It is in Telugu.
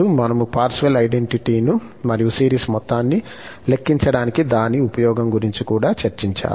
మనము పార్సెవల్ ఐడెంటిటీ ను మరియు సిరీస్ మొత్తాన్ని లెక్కించడానికి దాని ఉపయోగం గురించి కూడా చర్చించాము